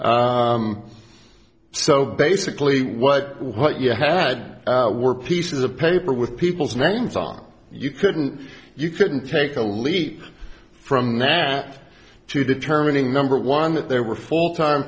she's so basically what what you had were pieces of paper with people's names on you couldn't you couldn't take the leap from that to determining number one that they were full time